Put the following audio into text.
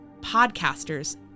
podcasters